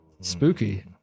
Spooky